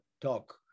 talk